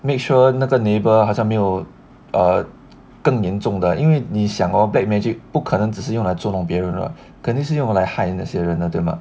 make sure 那个 neighbour 好像没有 err 更严重的因为你想 hor black magic 不可能只是用来作弄别人的肯定是用来害那些人的对吗